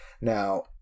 Now